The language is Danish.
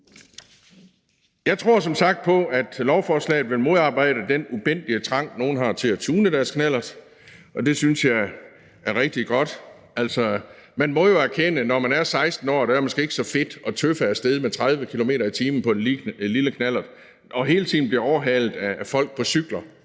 Jeg tror som sagt på, at lovforslaget vil modarbejde den ubændige trang, som nogle har til at tune deres knallert, og det synes jeg er rigtig godt. Man må jo erkende, at når man er 16 år, er det måske ikke så fedt at tøffe afsted med 30 km/t. på en lille knallert og hele tiden at blive overhalet af folk på cykler